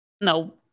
No